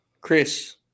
Chris